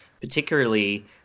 particularly